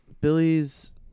billy's